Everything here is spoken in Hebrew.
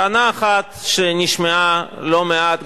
טענה אחת שנשמעה לא מעט,